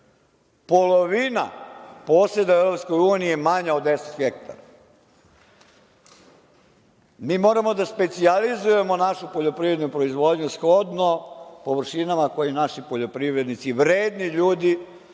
Polovina poseda u EU je manja od 10 hektara. Mi moramo da specijalizujemo našu poljoprivrednu proizvodnju shodno površinama koju naši poljoprivrednici, vredni ljudi,